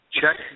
Check